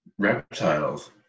Reptiles